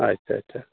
ᱟᱪᱪᱷᱟ ᱟᱪᱪᱷᱟ